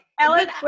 Ellen